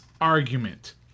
argument